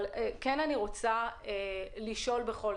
אבל אני כן רוצה לשאול משהו אחר.